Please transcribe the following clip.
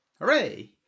Hooray